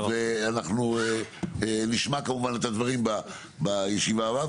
ואנחנו נשמע כמובן את הדברים בישיבה הבאה,